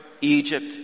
Egypt